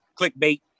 clickbait